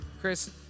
Chris